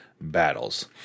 battles